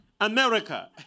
America